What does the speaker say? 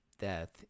death